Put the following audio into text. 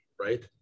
right